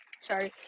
sorry